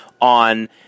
on